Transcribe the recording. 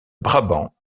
brabant